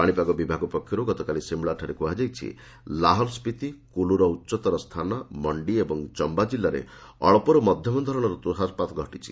ପାଣିପାଗ ବିଭାଗ ପକ୍ଷରୁ ଗତକାଲି ସିମ୍ଲାଠାରେ କୁହାଯାଇଛି ଲାହଲ ସ୍ୱିତି କୁଲୁ'ର ଉଚ୍ଚତର ସ୍ଥାନ ମଣ୍ଡି ଏବଂ ଚୟା ଜିଲ୍ଲାରେ ଅଞ୍ଚରୁ ମଧ୍ୟମ ଧରଣର ତୁଷାରପାତ ଘଟିଛି